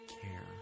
care